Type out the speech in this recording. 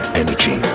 energy